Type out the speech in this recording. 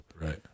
Right